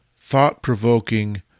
thought-provoking